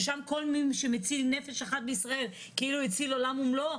ששם כל מי שמציל נפש אחת בישראל כאילו הציל עולם ומלואו,